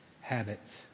habits